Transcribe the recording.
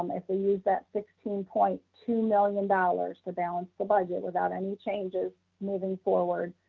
um if they use that sixteen point two million dollars to balance the budget without any changes moving forward,